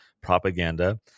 Propaganda